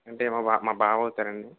అంటే మా బావా మా బావా అవుతారండి